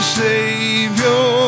savior